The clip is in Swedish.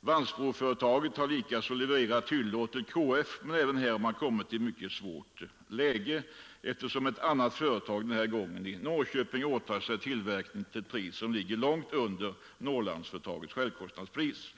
Vansbroföretaget har likaså levererat hyllor till KF, men även där har man kommit i ett bekymmersamt läge eftersom ett annat företag, denna gång i Norrköping, har åtagit sig tillverkning för ett pris som ligger långt under Norrlandsföretagets självkostnadspris.